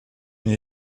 mir